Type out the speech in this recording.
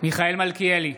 מיכאל מלכיאלי,